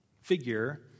figure